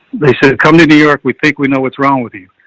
they said, come to new york. we think we know what's wrong with you.